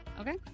Okay